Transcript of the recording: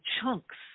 chunks